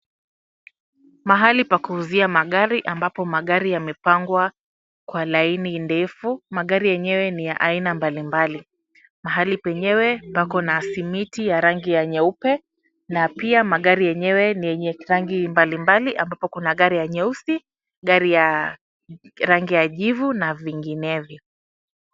Mahali pa kuuzia magari ambapo magari yamepangwa kwa laini ndefu magari yenyewe ni ya aina mbalimbali. Mahali penyewe pako na simiti ya rangi ya nyeupe na pia magari yenyewe ni yenye rangi mbalimbali ambapo kuna gari ya nyeusi, gari ya rangi ya jivu na vinginevyo.